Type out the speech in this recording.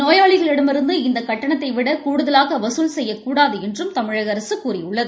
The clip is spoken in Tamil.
நோயாளிகளிடமிருந்து இந்த கட்டணத்தைவிட கூடுதலாக வசூல் செய்யக்கூடாது என்றும் தமிழக அரசு கூறியுள்ளது